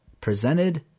presented